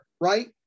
right